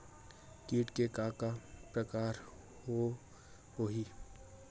कीट के का का प्रकार हो होही?